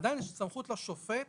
עדיין יש סמכות לשופט